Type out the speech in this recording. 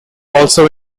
also